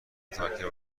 متفکر